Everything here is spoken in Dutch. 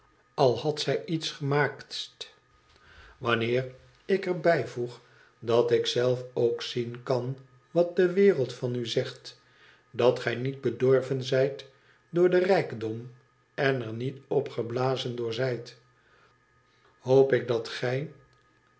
al had zij iets gemaakts wanneer ik er bijvoeg dat ik zelf ook zien kan wat de wereld van u z t dat gij niet bedorven zijt door den zijkdom en er niet opgeblazen door zijt hoop ik dat gij